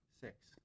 Six